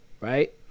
right